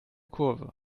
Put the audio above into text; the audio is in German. kurve